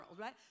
right